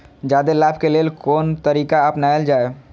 जादे लाभ के लेल कोन तरीका अपनायल जाय?